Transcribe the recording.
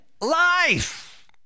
life